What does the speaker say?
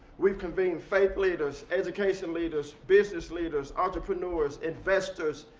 we've convened faithfully those education leaders, business leaders, entrepreneurs, investors,